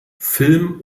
film